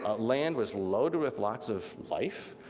ah land was loaded with lots of life,